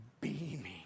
beaming